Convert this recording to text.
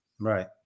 Right